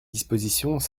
dispositions